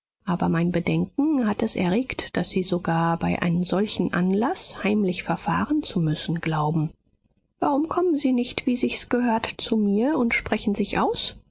aber mein bedenken hat es erregt daß sie sogar bei einem solchen anlaß heimlich verfahren zu müssen glauben warum kommen sie nicht wie sich's gehört zu mir und sprechen sich aus